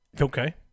Okay